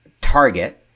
target